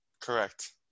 Correct